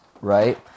right